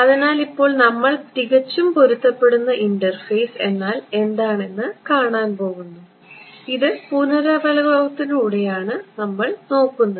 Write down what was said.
അതിനാൽ ഇപ്പോൾ നമ്മൾ തികച്ചും പൊരുത്തപ്പെടുന്ന ഇന്റർഫേസ് എന്നാൽ എന്താണെന്ന് കാണാൻ പോകുന്നു ഇത് പുനരവലോകനത്തിലൂടെയാണ് നമ്മൾ നോക്കുന്നത്